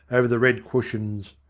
over the red cushions,